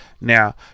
Now